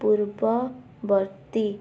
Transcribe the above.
ପୂର୍ବବର୍ତ୍ତୀ